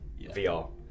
VR